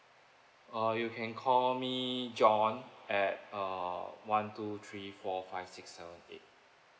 uh you can call me john at uh one two three four five six seven eight